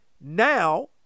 now